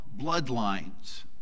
bloodlines